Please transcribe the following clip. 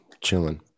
chilling